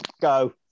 Go